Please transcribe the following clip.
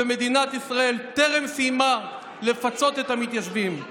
ומדינת ישראל טרם סיימה לפצות את המתיישבים.